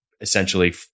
Essentially